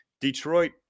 Detroit